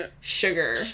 Sugar